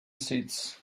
seats